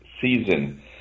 season